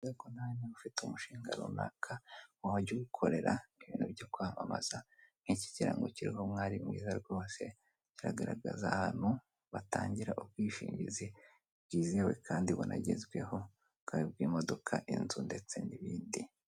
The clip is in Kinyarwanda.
Ufite umushinga runaka wajya uwukorera ibintu byo kwamamaza nk'iki kirango kiriho umwari mwiza rwose kiragaragaza ahantu batangira ubwishingizi bwizewe kandi bunagezweho bwaba ubw'imodoka, inzu ndetse n'ibindi.